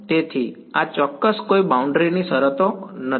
તેથી આ ચોક્કસ કોઈ બાઉન્ડ્રી ની શરતો નથી